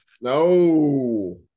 No